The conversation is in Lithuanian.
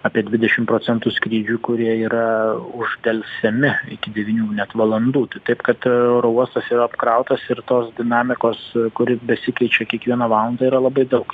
apie dvidešim procentų skrydžių kurie yra uždelsiami iki devynių net valandų taip kad oro uostas yra apkrautas ir tos dinamikos kuri besikeičia kiekvieną valandą yra labai daug